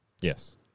Yes